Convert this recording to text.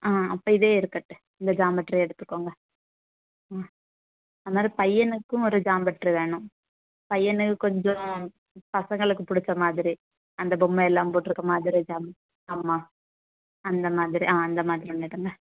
ஆ அப்போ இதே இருக்கட்டும் இந்த இந்த ஜாமெட்ரியே எடுத்துக்கோங்க ஆ அதுமாதிரி பையனுக்கும் ஒரு ஜாமெட்ரி வேணும் பையனுக்கு கொஞ்சம் பசங்களுக்கு பிடிச்ச மாதிரி அந்த பொம்மையெல்லாம் போட்டிருக்க மாதிரி ஜாமெட்ரி ஆமாம் அந்த மாதிரி ஆ அந்த மாதிரி ஒன்று எடுங்க